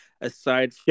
aside